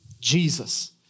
jesus